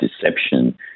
deception